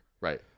Right